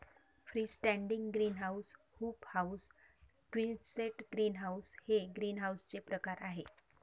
free standing greenhouse, hoop house, quonset greenhouse हे ग्रीनहाऊसचे प्रकार आहे